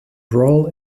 role